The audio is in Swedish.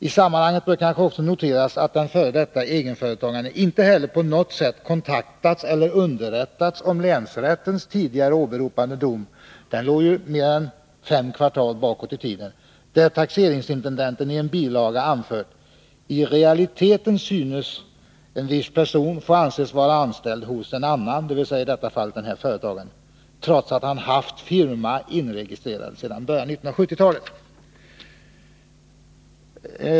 I sammanhanget bör kanske också noteras, att den f. d. egenföretagaren inte heller på något sätt kontaktats eller underrättats om länsrättens tidigare åberopade dom. Den låg ju mer än fem kvartal bakåt i tiden. Taxeringsintendenten hade i en bilaga anfört: I realiteten synes en viss person få anses vara anställd hos en annan — dvs. i detta fall den här företagaren — trots att han haft firma inregistrerad sedan början av 1970-talet.